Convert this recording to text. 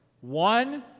one